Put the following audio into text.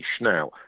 Now